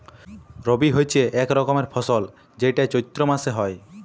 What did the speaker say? রবি হচ্যে এক রকমের ফসল যেইটা চৈত্র মাসে হ্যয়